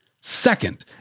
Second